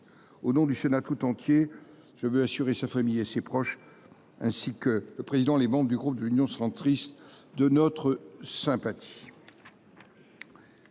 Au nom du Sénat tout entier, je veux assurer sa famille et ses proches, ainsi que le président et les membres du groupe Union Centriste, de notre sympathie.